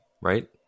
right